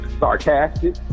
sarcastic